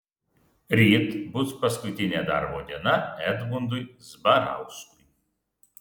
ryt bus paskutinė darbo diena edmundui zbarauskui